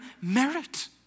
merit